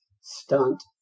stunt